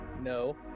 no